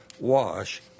wash